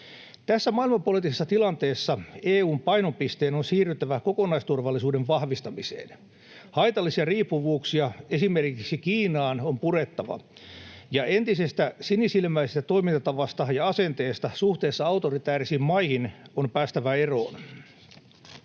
Tässä maailmanpoliittisessa tilanteessa EU:n painopisteen on siirryttävä kokonaisturvallisuuden vahvistamiseen. Haitallisia riippuvuuksia, esimerkiksi Kiinaan, on purettava ja entisestä sinisilmäisestä toimintatavasta ja asenteesta suhteessa autoritäärisiin maihin on päästävä eroon.